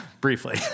briefly